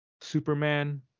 Superman